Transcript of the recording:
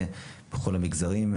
ובכל המגזרים,